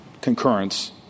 concurrence